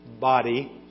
body